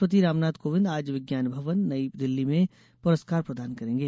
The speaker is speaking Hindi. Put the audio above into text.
राष्ट्रपति रामनाथ कोविन्द आज विज्ञान भवन नई दिल्ली में पुरस्कार प्रदान करेंगे